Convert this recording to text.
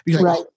Right